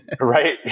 right